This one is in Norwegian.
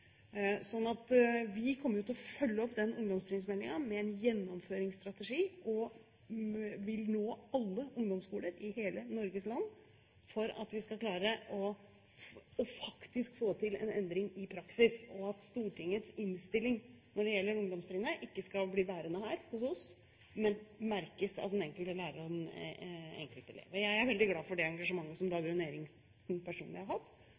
Vi kommer til å følge opp ungdomstrinnsmeldingen med en gjennomføringsstrategi og vil nå alle ungdomsskoler i hele Norges land for at vi faktisk skal klare å få til en endring i praksis, og at Stortingets innstilling når det gjelder ungdomstrinnet, ikke skal bli værende her hos oss, men merkes av den enkelte lærer og den enkelte elev. Jeg er veldig glad for det engasjementet som Dagrun Eriksen personlig og Kristelig Folkeparti har hatt